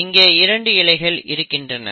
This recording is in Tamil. இங்கே இரண்டு இழைகள் இருக்கின்றன